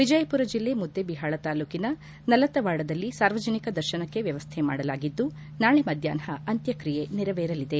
ವಿಜಯಮರ ಜಿಲ್ಲೆ ಮುದ್ದೇಬಿಹಾಳ ತಾಲ್ಲೂಕಿನ ನಾಲತವಾಡದಲ್ಲಿ ಸಾರ್ವಜನಿಕ ದರ್ಶನಕ್ಕೆ ವ್ಯವಸ್ಥೆ ಮಾಡಲಾಗಿದ್ದು ನಾಳೆ ಮಧ್ಯಾಹ್ನ ಅಂತ್ಯಕ್ರಿಯೆ ನೆರವೇರಲಿದೆ